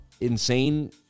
insane